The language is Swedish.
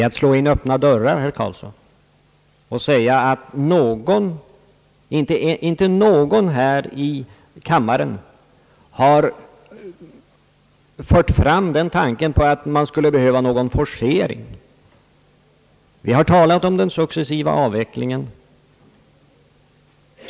Man slår in öppna dörrar, herr Karlsson, om man säger att någon här i kammaren fört fram tanken på en forcering. Vi har talat om den successiva avvecklingen.